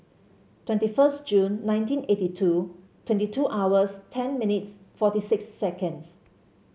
twenty first Jun nineteen eighty two twenty two hours ten minutes forty six seconds